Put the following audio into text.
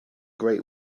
great